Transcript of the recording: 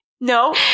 No